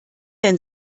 denn